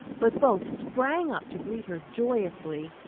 but both sprang up to greet her joyously.